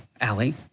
Allie